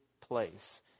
place